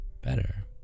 better